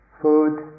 food